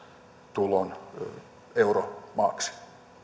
tulon euromaaksi